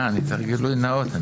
לפחות תגנה את זה.